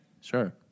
Sure